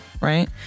Right